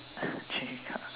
dream car